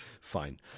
fine